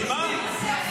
מה זה,